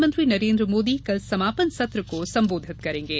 प्रधानमंत्री नरेंद्र मोदी कल समापन सत्र को संबोधित करेंगे